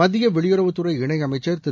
மத்திய வெளியுறவுத்துறை இணையமைச்ச் திரு